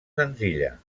senzilla